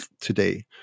today